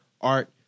art